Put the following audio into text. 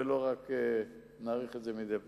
ולא רק נאריך את זה מדי פעם.